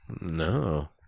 No